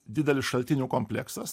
didelis šaltinių kompleksas